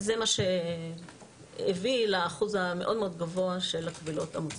זה מה שהביא לאחוז הגבוה מאוד של הקבילות המוצדקות.